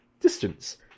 Distance